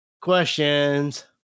Questions